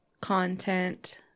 content